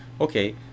Okay